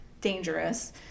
dangerous